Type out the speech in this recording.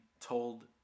told